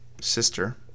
Sister